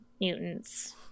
mutants